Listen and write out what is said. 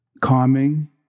calming